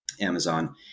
Amazon